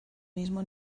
mismo